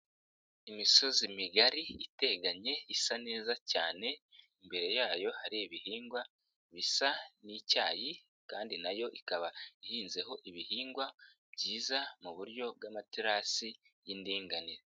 Imisozi migari iteganye isa neza cyane imbere yayo hari ibihingwa bisa n'icyayi kandi nayo ikaba ihinzeho ibihingwa byiza mu buryo bw'amaterasi y'indinganire.